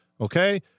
okay